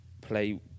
play